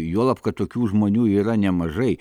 juolab kad tokių žmonių yra nemažai